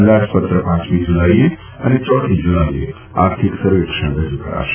અંદાજપત્ર પાંચમી જુલાઈએ અને ચોથી જુલાઈએ આર્થિક સર્વેક્ષણ રજુ થશે